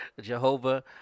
Jehovah